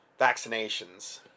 vaccinations